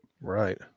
right